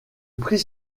prix